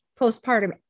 postpartum